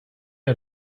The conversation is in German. ihr